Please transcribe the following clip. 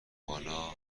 بالامنم